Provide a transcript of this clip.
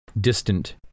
distant